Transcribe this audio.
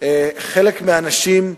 חלק מהאנשים,